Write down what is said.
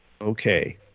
okay